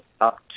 up